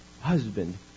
husband